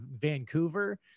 Vancouver